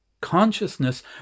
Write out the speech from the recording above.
Consciousness